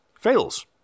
Fails